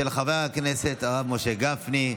של חבר הכנסת הרב משה גפני.